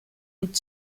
und